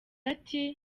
ati